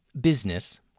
business